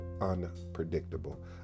unpredictable